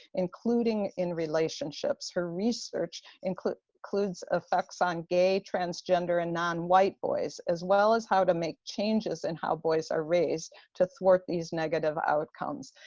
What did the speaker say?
including in relationships. her research includes includes effects on gay, transgender and non-white boys, as well as how to make changes in how boys are raised, to thwart these negative outcomes.